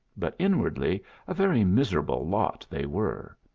but inwardly a very miserable lot they were.